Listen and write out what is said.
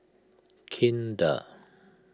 Kinder